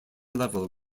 level